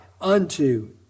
unto